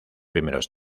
primeros